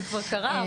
זה כבר קרה.